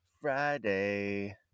Friday